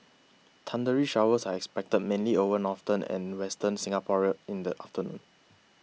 thundery showers are expected mainly over northern and western Singapore in the afternoon